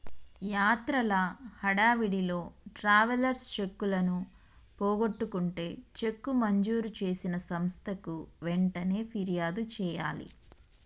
యాత్రల హడావిడిలో ట్రావెలర్స్ చెక్కులను పోగొట్టుకుంటే చెక్కు మంజూరు చేసిన సంస్థకు వెంటనే ఫిర్యాదు చేయాలి